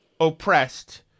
oppressed